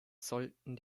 sollten